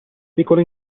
piccolo